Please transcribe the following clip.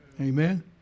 Amen